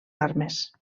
armes